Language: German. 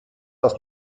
das